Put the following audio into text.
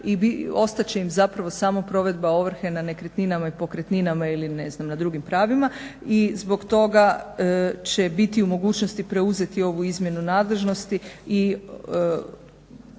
i ostat će im zapravo samo provedba ovrhe na nekretninama i pokretninama ili ne znam na drugim pravima. I zbog toga će biti u mogućnosti preuzeti ovu izmjenu nadležnosti